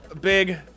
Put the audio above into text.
big